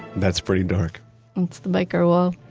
that's pretty dark that's the byker wall